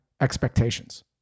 expectations